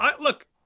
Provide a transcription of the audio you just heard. look